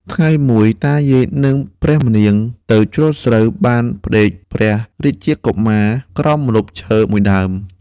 ថ្ងៃមួយ តាយាយ នឹងព្រះម្នាងទៅច្រូតស្រូវ បានផ្ដេកព្រះរាជកុមារក្រោមម្លប់ឈើ ១ដើម ។